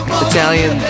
Italian